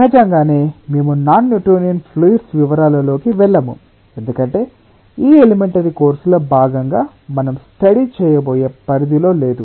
సహజంగానే మేము non Newtonian fluids వివరాలలోకి వెళ్ళము ఎందుకంటే ఈ ఎలిమెంటరి కోర్సులో భాగంగా మనం స్టడీ చేయబోయే పరిధిలో లేదు